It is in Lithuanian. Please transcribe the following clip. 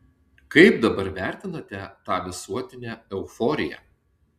kaip dabar vertinate tą visuotinę euforiją